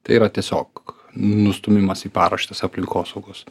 tai yra tiesiog nustūmimas į paraštes aplinkosaugos